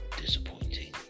Disappointing